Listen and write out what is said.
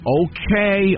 okay